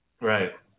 Right